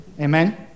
Amen